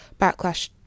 backlash